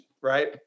right